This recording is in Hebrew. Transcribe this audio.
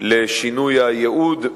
לשינוי הייעוד,